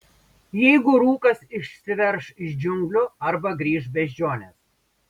jeigu rūkas išsiverš iš džiunglių arba grįš beždžionės